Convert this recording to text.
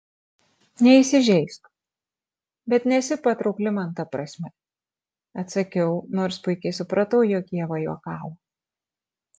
neįsižeisk bet nesi patraukli man ta prasme atsakiau nors puikiai supratau jog ieva juokavo